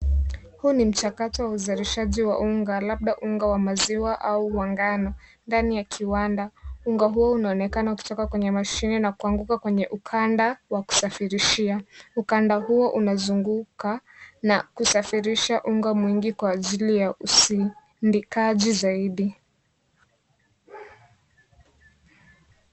Huu ni mchakato wa usalishaji wa unga wa maziwa au unga wa ngano ndani ya kiwanda, unga huu unaonekana ukitoka kwenye mashini na kuanguka kwenye ukanda wa kusafirishia, ukanda huo unazunguka na kusafirisha unga mwigi kwa aji ya usindikaji saidi.